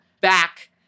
back